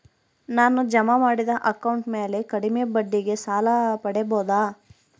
ನಾನು ಜಮಾ ಮಾಡಿದ ಅಕೌಂಟ್ ಮ್ಯಾಲೆ ಕಡಿಮೆ ಬಡ್ಡಿಗೆ ಸಾಲ ಪಡೇಬೋದಾ?